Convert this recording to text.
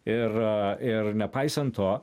ir ir nepaisant to